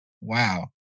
Wow